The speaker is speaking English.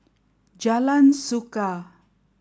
Jalan Suka